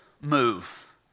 move